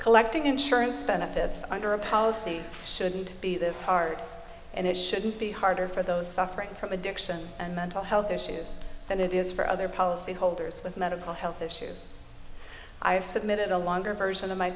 collecting insurance benefits under a policy shouldn't be this hard and it shouldn't be harder for those suffering from addiction and mental health issues than it is for other policyholders with medical health issues i have submitted a longer version